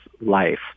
life